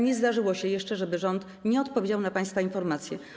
Nie zdarzyło się jeszcze, żeby rząd nie odpowiedział na państwa informacje.